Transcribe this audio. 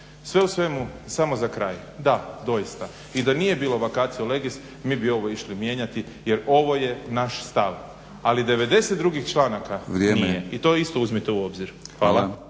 Sve u svemu samo za kraj, da doista i da nije bilo vacatio legis mi bi ovo išli mijenjati jer ovo je naš stav. Ali i 90 drugih članaka nije, i to isto uzmite u obzir.